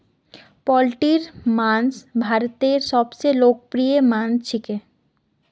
पोल्ट्रीर मांस भारतत सबस लोकप्रिय मांस छिके